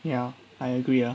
ya I agree ah